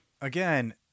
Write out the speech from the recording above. Again